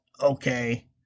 Okay